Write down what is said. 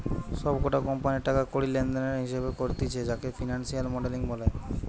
সব কটা কোম্পানির টাকা কড়ি লেনদেনের হিসেবে করতিছে যাকে ফিনান্সিয়াল মডেলিং বলে